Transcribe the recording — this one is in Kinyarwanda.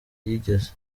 yigeze